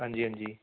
ਹਾਂਜੀ ਹਾਂਜੀ